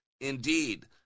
indeed